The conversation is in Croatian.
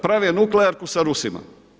Prave nuklearku sa Rusima.